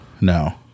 no